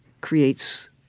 creates